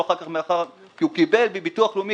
אחר כך מאחר והוא קיבל מהביטוח הלאומי?